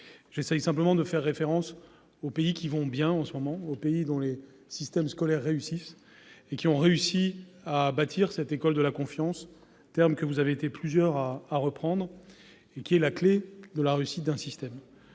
J'essaie simplement de faire référence aux pays qui vont bien en ce moment, aux pays dont les systèmes scolaires connaissent la réussite et qui ont réussi à bâtir une « école de la confiance », expression que vous avez été plusieurs à reprendre et qui représente en effet la clef de la réussite d'un système.